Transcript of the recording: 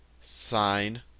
sine